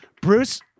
Bruce